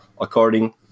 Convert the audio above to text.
according